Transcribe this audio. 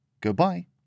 Goodbye